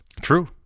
True